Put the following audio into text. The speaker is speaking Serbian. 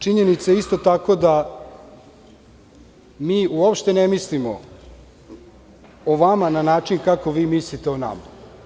Činjenica je isto tako da mi uopšte ne mislimo o vama na načinkako vi mislite o nama.